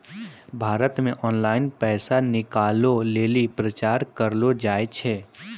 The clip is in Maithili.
भारत मे ऑनलाइन पैसा निकालै लेली प्रचार करलो जाय छै